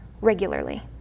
regularly